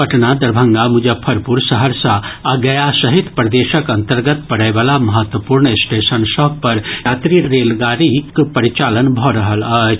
पटना दरभंगा मुजफ्फपुर सहरसा आ गया सहित प्रदेशक अंतर्गत पड़य वला महत्वपूर्ण स्टेशन सभ पर यात्री रेलगाड़ीक परिचालन भऽ रहल अछि